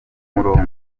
murongo